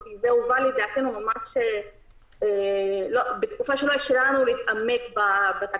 זה הובא לידיעתנו בתקופה שלא אפשרה לנו להתעמק בתקש"ח.